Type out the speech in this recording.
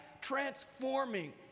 transforming